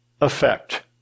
effect